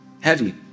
heavy